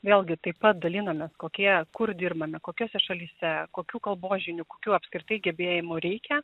vėlgi taip pat dalinamės kokie kur dirbame kokiose šalyse kokių kalbos žinių kokių apskritai gebėjimų reikia